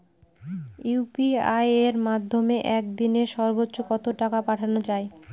UPI এর মাধ্যমে এক দিনে সর্বচ্চ কত টাকা পাঠানো যায়?